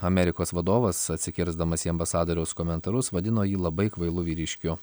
amerikos vadovas atsikirsdamas į ambasadoriaus komentarus vadino jį labai kvailu vyriškiu